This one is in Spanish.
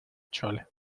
chole